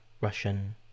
russian